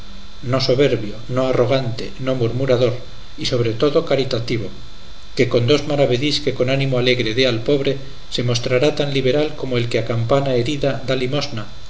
no soberbio no arrogante no murmurador y sobre todo caritativo que con dos maravedís que con ánimo alegre dé al pobre se mostrará tan liberal como el que a campana herida da limosna